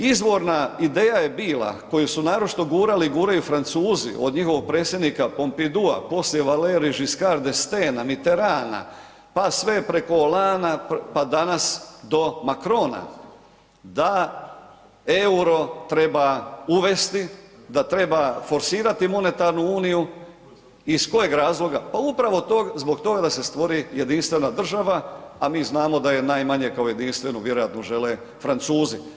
Izvorna ideja je bila koju su naročito gurali i guraju Francuzi od njihovog predsjednika Pompidou poslije Valery Giscard d'Estaing, Mitteranda, pa sve preko Hollandea pa danas do Macrona da eura treba uvesti, da treba forsirati monetarnu uniju, iz kojeg razloga, pa upravo zbog toga da se stvori jedinstvena država a mi znamo da je najmanje kao jedinstvenu vjerojatno žele Francuzi.